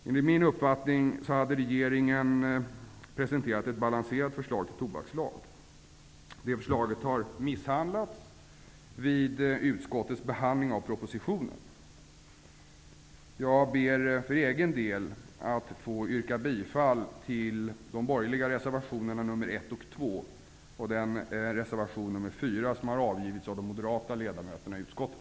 Enligt min uppfattning hade regeringen presenterat ett balanserat förslag till tobakslag. Det förslaget har misshandlats vid utskottets behandling av propositionen. Jag ber för egen del att få yrka bifall till de borgerliga reservationerna 1 och 2 och den reservation 4 som avgivits av de moderata ledamöterna i utskottet.